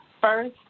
first